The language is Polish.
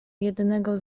jednego